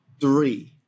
three